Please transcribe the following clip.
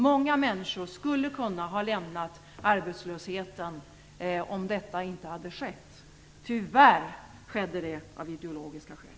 Många människor skulle kunna ha lämnat arbetslösheten om detta inte hade skett. Tyvärr skedde det av ideologiska skäl.